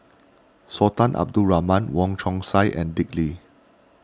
Sultan Abdul Rahman Wong Chong Sai and Dick Lee